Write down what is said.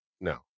No